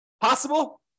Possible